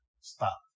Stop